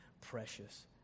precious